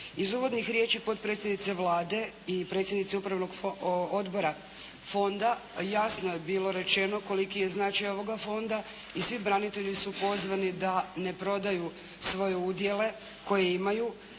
Iz uvodnih riječi potpredsjednice Vlade i predsjednice Upravnog odbora Fonda jasno je bilo rečeno koliki je značaj ovoga Fonda i svi branitelji su pozvani da ne prodaju svoje udjele koje imaju